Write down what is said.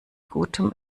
gutem